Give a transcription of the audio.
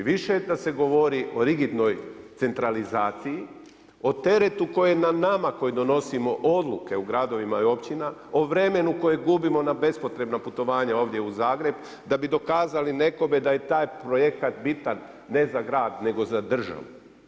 I više je da se govori o rigidnoj centralizaciji, o teretu koji je na nama koji donosimo odluke u gradovima i općinama, o vremenu kojeg gubimo na bespotrebna putovanja ovdje u Zagreb da bi dokazali nekome da je taj projekat bitan ne za grad, nego za državu.